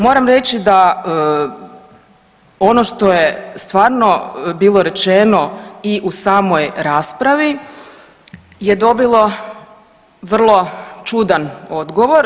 Moram reći da ono što je stvarno bilo rečeno i u samoj raspravi je dobilo vrlo čudan odgovor.